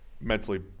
mentally